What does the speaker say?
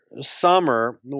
summer